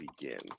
begins